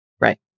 Right